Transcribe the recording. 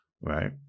Right